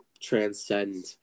transcend